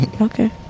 Okay